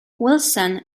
wilson